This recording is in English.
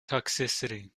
toxicity